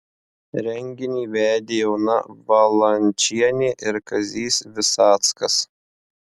renginį vedė ona valančienė ir kazys visackas